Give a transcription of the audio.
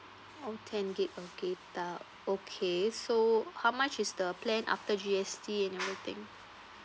all ten G_B of data okay so how much is the plan after G_S_T and everything